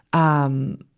um,